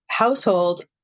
household